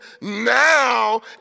now